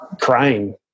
crying